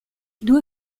due